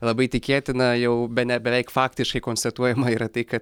labai tikėtina jau bene beveik faktiškai konstatuojama yra tai kad